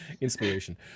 Inspiration